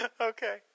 Okay